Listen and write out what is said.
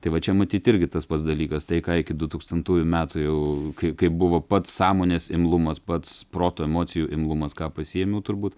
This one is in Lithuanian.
tai va čia matyt irgi tas pats dalykas tai ką iki du tūkstantųjų metų jau kai kai buvo pats sąmonės imlumas pats proto emocijų imlumas ką pasiėmiau turbūt